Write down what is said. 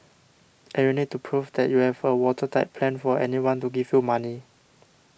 and you need to prove that you have a watertight plan for anyone to give you money